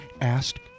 asked